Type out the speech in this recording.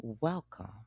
Welcome